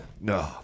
No